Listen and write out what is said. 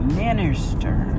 minister